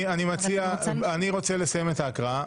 אני אסיים את ההקראה.